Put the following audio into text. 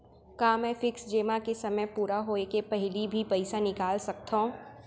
का मैं फिक्स जेमा के समय पूरा होय के पहिली भी पइसा निकाल सकथव?